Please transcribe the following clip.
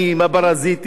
הפרזיטים,